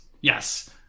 yes